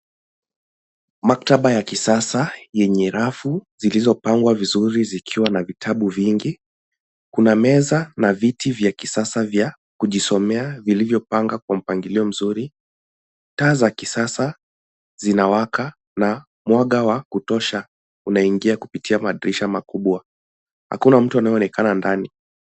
Maktaba ya kisasa yenye rafu zilizopangwa vizuri zikiwa na vitabu vingi. Kuna meza na viti vya kisasa vya kujisomea vilivyopangwa kwa mpangilio mzuri. Taa za kisasa zinawaka na mwanga wa kutosha unaingia kupitia madirisha makubwa. Hakuna mtu anayeonekana ndani.